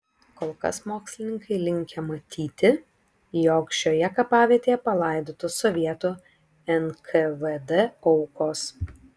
kol kas mokslininkai linkę matyti jog šioje kapavietėje palaidotos sovietų nkvd aukos